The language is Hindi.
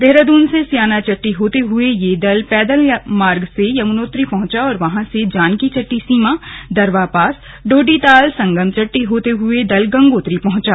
देहरादून से स्याना चट्टी होते हुए यह दल पैदल मार्ग से यमुनोत्री पहुंचा और वहां से जानकी चट्टी सीमा दरवा पास डोडीताल संगमचट्टी होते हये दल गंगोत्री पहुंचा